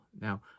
Now